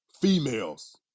females